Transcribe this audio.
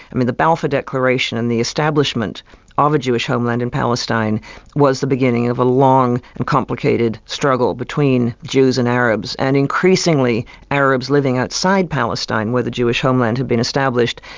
and the the balfour declaration and the establishment ah of a jewish homeland in palestine was the beginning of a long and complicated struggle between jews and arabs, and increasingly arabs living outside palestine where the jewish homeland had been established,